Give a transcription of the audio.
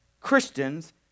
Christians